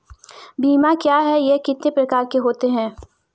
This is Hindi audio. बीमा क्या है यह कितने प्रकार के होते हैं?